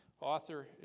author